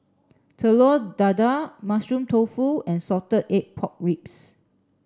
Telur Dadah Mushroom Tofu and Salted Egg Pork Ribs